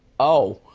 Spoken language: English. oh,